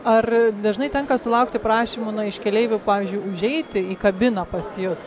ar dažnai tenka sulaukti prašymų iš keleivių pavyzdžiui užeiti į kabiną pas jus